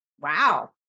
wow